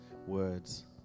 words